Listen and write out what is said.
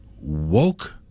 woke